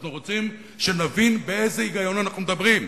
אנחנו רוצים שנבין באיזה היגיון אנחנו מדברים.